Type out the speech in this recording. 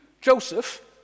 Joseph